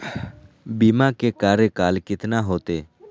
बीमा के कार्यकाल कितना होते?